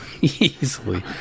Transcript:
Easily